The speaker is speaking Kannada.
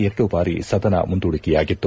ಎರಡು ಬಾರಿ ಸದನ ಮುಂದೂಡಿಕೆಯಾಗಿತ್ತು